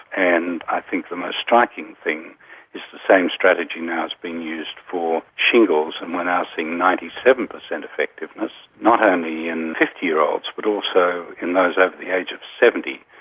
and i think the most striking thing is the same strategy now has been used for shingles, and we are now seeing ninety seven percent effectiveness, not only in fifty year olds but also in those over the age of seventy.